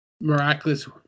miraculous